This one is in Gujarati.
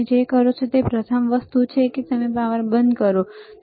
તમે જે કરો છો તે પ્રથમ વસ્તુ એ છે કે તમે પાવર બંધ કરો બરાબર